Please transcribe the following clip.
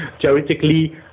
theoretically